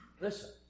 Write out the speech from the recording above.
Listen